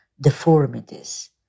deformities